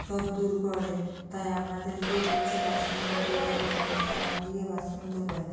সব দূর করে তাই আপনাদেরকেও বলছি বাসন ধুতে গেলে ভিম সাবান দিয়ে বাসন ধোবেন